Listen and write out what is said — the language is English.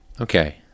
Okay